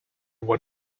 what